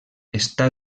està